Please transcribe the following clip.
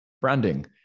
Branding